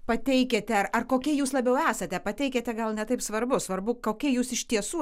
pateikiate ar ar kokia jūs labiau esate pateikiate gal ne taip svarbu svarbu kokia jūs iš tiesų